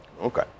Okay